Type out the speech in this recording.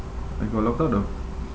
I got logged out though